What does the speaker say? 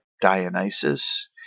Dionysus